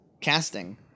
casting